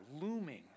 looming